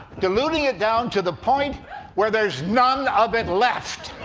diluting it down to the point where there's none of it left.